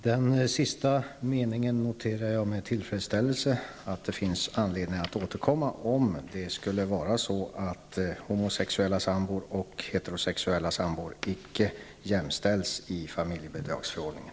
Herr talman! Jag noterar med tillfredsställelse den avslutande meningen om att det kan finnas anledning att återkomma, om homosexuella sambor och heterosexuella sambor inte jämställs i familjebidragsförordningen.